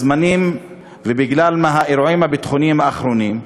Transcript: הזמנים ובגלל האירועים הביטחוניים האחרונים,